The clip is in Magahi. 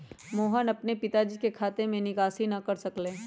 मोहन अपन पिताजी के खाते से निकासी न कर सक लय